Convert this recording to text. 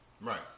Right